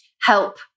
help